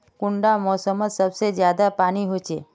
कुंडा मोसमोत सबसे ज्यादा पानी होचे?